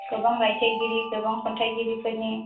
गोबां रायथाइगिरि गोबां खन्थाइगिरि फोरनि